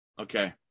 Okay